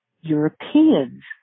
Europeans